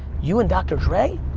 you and dr. dre?